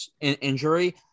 injury